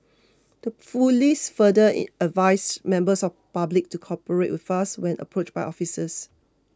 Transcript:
the police further advised members of public to cooperate with us when approached by officers